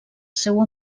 seu